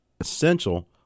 essential